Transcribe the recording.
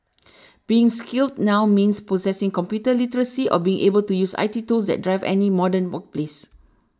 being skilled now means possessing computer literacy or being able to use I T tools that drive any modern workplace